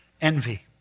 Envy